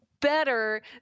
better